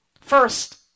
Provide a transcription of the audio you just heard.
First